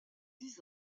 dix